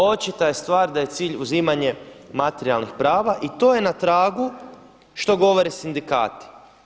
Očita je stvar da je cilj uzimanje materijalnih prava i to je na tragu što govore sindikati.